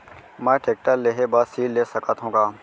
मैं टेकटर लेहे बर ऋण ले सकत हो का?